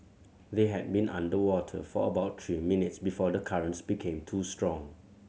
they had been underwater for about three minutes before the currents became too strong